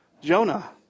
Jonah